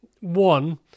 one